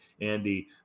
Andy